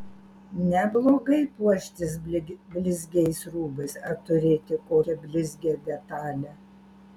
neblogai puoštis blizgiais rūbais ar turėti kokią blizgią detalę